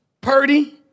Purdy